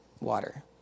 water